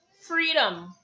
freedom